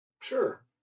Sure